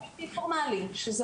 נושאים פורמליים, שזה